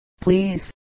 please